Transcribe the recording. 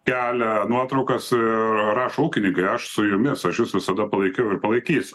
kelia nuotraukas ir rašo ūkininkai aš su jumis aš jus visada palaikiau ir palaikysiu